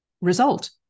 result